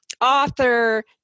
author